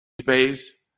space